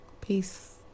Peace